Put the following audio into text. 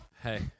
Hey